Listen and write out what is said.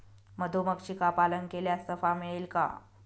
मधुमक्षिका पालन केल्यास नफा मिळेल का?